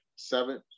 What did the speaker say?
Seven